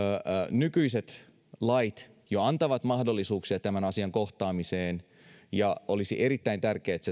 nykyiset lait jo antavat mahdollisuuksia tämän asian kohtaamiseen ja olisi erittäin tärkeätä että